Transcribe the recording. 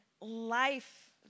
life